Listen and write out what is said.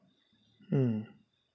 mm